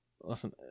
Listen